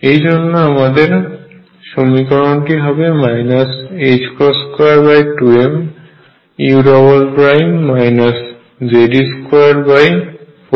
এই জন্য আমাদের সমীকরণটি হবে 22mu Ze24π0ruEu